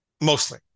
Mostly